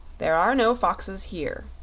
there are no foxes here,